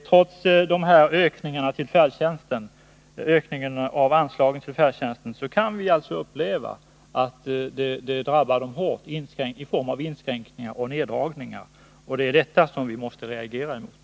Trots ökningen av anslaget till färdtjänsten kan vi alltså uppleva att de handikappade drabbas hårt av inskränkningar och neddragningar, och detta måste vi reagera mot.